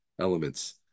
elements